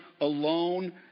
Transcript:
alone